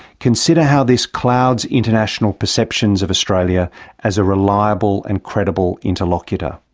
consider how this clouds international perceptions of australia as a reliable and credible interlocutor.